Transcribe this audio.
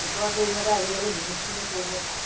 গোটৰ জৰিয়তে আজিকালি বহুতখিনি কৰিব পাৰে